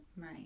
Right